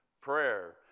prayer